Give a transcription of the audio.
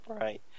right